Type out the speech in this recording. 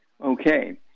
Okay